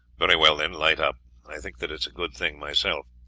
very well, then light up i think that it is a good thing myself.